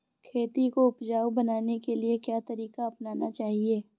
खेती को उपजाऊ बनाने के लिए क्या तरीका अपनाना चाहिए?